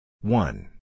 one